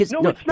No